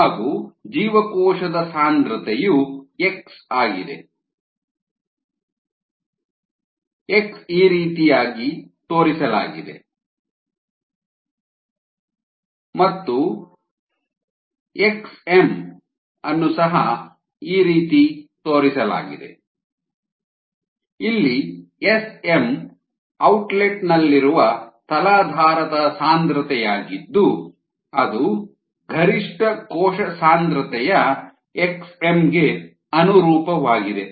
ಹಾಗು ಜೀವಕೋಶದ ಸಾಂದ್ರತೆಯು x ಆಗಿದೆ xYxSSi S ಆದ್ದರಿಂದ xmYxSSi Sm Sm ಔಟ್ಲೆಟ್ ನಲ್ಲಿರುವ ತಲಾಧಾರದ ಸಾಂದ್ರತೆಯಾಗಿದ್ದು ಅದು ಗರಿಷ್ಠ ಕೋಶ ಸಾಂದ್ರತೆಯ xm ಗೆ ಅನುರೂಪವಾಗಿದೆ